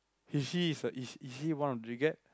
is she is a is she is she one of regret